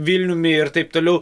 vilniumi ir taip toliau